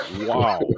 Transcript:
Wow